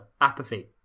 apathy